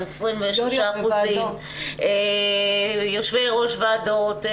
23%. יושבי ראש ועדות,